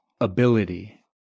ability